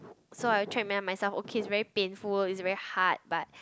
so I try remind myself okay it's very painful it's very hard but